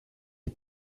die